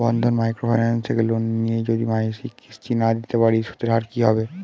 বন্ধন micro finance থেকে loan নিয়ে যদি মাসিক কিস্তি না দিতে পারি সুদের হার কি হবে?